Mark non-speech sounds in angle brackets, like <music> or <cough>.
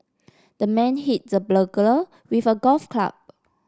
the man hit the <unintelligible> with a golf club